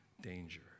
danger